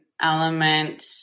element